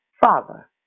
Father